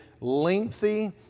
lengthy